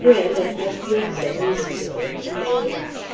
grimm and asbjornsen knew this secret, and they alone.